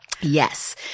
Yes